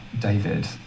David